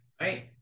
Right